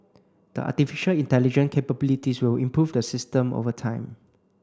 the artificial intelligence capabilities will improve the system over time